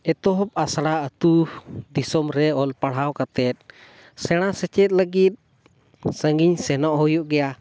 ᱮᱛᱚᱦᱚᱵ ᱟᱥᱲᱟ ᱟᱛᱳ ᱫᱤᱥᱚᱢ ᱨᱮ ᱚᱞ ᱯᱟᱲᱦᱟᱣ ᱠᱟᱛᱮᱫ ᱥᱮᱬᱟ ᱥᱮᱪᱮᱫ ᱞᱟᱹᱜᱤᱫ ᱥᱟᱺᱜᱤᱧ ᱥᱮᱱᱚᱜ ᱦᱩᱭᱩᱜ ᱜᱮᱭᱟ